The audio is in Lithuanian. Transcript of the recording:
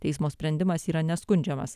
teismo sprendimas yra neskundžiamas